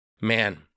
Man